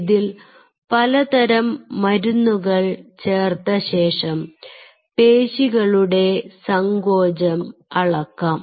ഇതിൽ പലതരം മരുന്നുകൾ ചേർത്തശേഷം പേശികളുടെ സങ്കോചം അളക്കാം